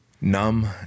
numb